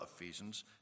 Ephesians